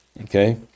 okay